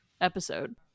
episode